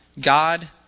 God